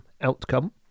outcome